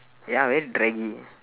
ya very draggy